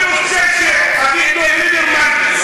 אני רוצה שתעמידו את ליברמן,